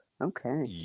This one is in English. Okay